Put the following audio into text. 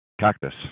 cactus